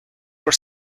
your